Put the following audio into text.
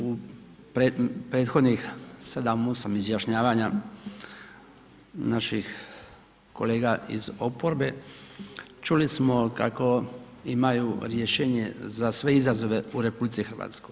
U prethodnih 7, 8 izjašnjavanja naših kolega iz oporbe, čuli smo kako imaju rješenje za sve izazove u RH.